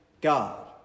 God